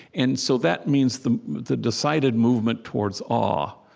and so that means the the decided movement towards awe,